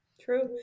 true